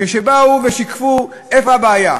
כשבאו ושיקפו איפה הבעיה.